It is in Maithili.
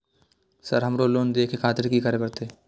सर हमरो लोन देखें खातिर की करें परतें?